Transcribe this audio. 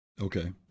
Okay